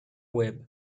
web